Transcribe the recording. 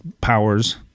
powers